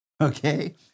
okay